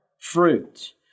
fruit